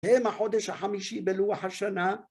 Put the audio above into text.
‫הם החודש החמישי בלוח השנה.